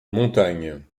montagne